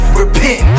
repent